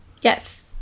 Yes